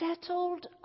settled